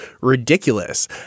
ridiculous